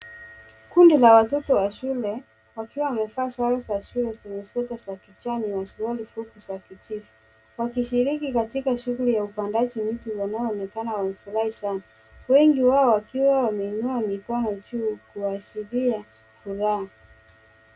Kundi la watoto wa shule wakiwa wamevaa sare za shule zenye sweta za kijani na suruali fupi za kijivu wakishiriki katika shughuli ya upandaji miti. Wanaonekana wamefurahi sana. Wengi wao wakiwa wameinua mikono juu kuashiria furaha.